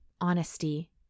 Honesty